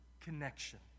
connection